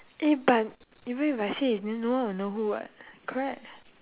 eh but even if I say there's no no one will know who what correct